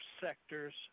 sectors